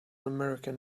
american